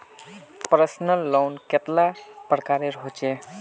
Personal loan कतेला प्रकारेर होचे?